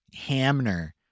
hamner